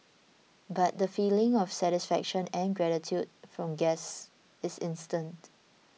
but the feeling of satisfaction and gratitude from guests is instant